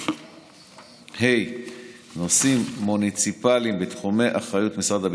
ואכניס את זה לחקיקה ראשית,